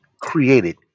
created